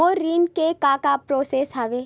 मोर ऋण के का का प्रोसेस हवय?